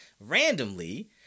randomly